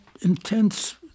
intense